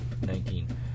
Nineteen